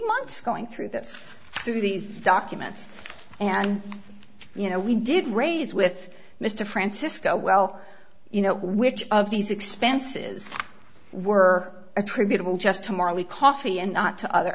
months going through that through these documents and you know we did raise with mr francisco well you know which of these expenses were attributable just to marley coffee and not to other